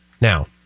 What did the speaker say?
Now